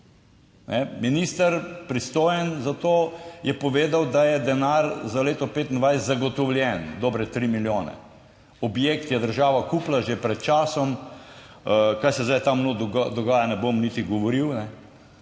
Minister, pristojen za to, je povedal, da je denar za leto 2025 zagotovljen, dobre tri milijone. Objekt je država kupila že pred časom. Kaj se zdaj tam dogaja, ne bom niti govoril, kajne.